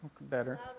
Better